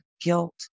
guilt